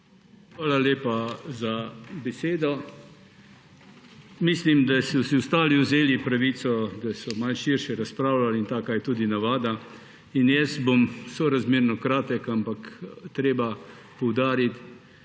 Hvala lepa za besedo. Mislim, da so si ostali vzeli pravico, da so malo širše razpravljali, in taka je tudi navada. In jaz bom sorazmerno kratek. Ampak treba je poudariti,